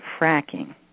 fracking